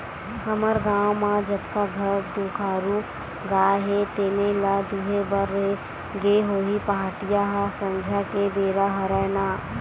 हमर गाँव म जतका घर दुधारू गाय हे तेने ल दुहे बर गे होही पहाटिया ह संझा के बेरा हरय ना